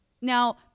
Now